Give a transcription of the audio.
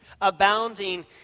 abounding